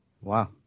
Wow